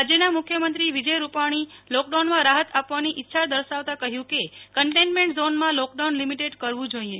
રાજ્યના મુખ્યમંત્રી વિજય રૂપાણી લૉકડાઉનમાં રાહત આપવાની ઈચ્છા દર્શાવતા કહ્યું કે કંટેનમેન્ટ ઝોનમાં લૉકડાઉન લિમિટેડ કરવું જોઈએ